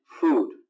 food